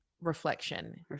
reflection